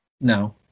No